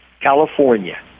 California